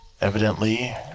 evidently